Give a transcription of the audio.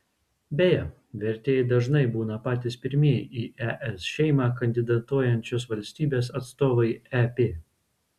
beje vertėjai dažnai būna patys pirmieji į es šeimą kandidatuojančios valstybės atstovai ep